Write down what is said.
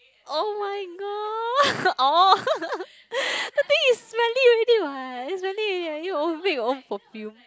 oh-my-god orh that thing is smelly already what it's really you make your own perfume